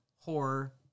horror